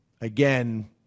again –